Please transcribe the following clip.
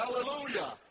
Hallelujah